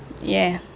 yeah